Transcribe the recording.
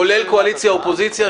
כולל קואליציה ואופוזיציה,